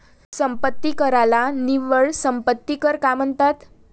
संपत्ती कराला निव्वळ संपत्ती कर का म्हणतात?